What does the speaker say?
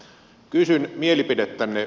kysyn mielipidettänne